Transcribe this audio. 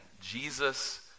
Jesus